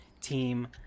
team